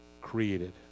created